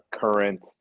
current